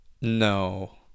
No